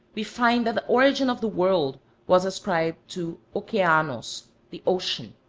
we find that the origin of the world was ascribed to okeanos, the ocean.